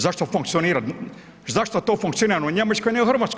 Zašto funkcionira, zašto to funkcionira u Njemačkoj, ne u RH?